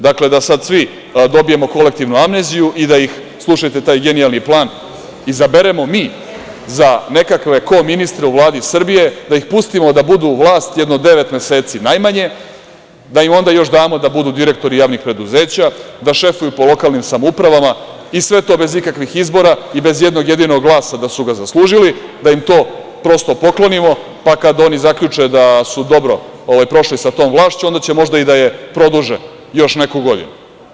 Dakle, da sad svi dobijemo kolektivnu amneziju i da ih, slušajte taj genijalni plan, izaberemo mi za nekakve koministre u Vladi Srbije, da ih pustimo da budu vlast jedno devet meseci najmanje, da im onda još damo da budu direktori javnih preduzeća, da šefuju po lokalnim samoupravama, i sve to bez ikakvih izbora i bez ijednog jedinog glasa da su zaslužili, da im to prosto poklonimo, pa kad oni zaključe da su dobro prošli sa tom vlašću, onda će možda i da je produže još neku godinu.